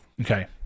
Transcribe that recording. Okay